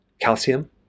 calcium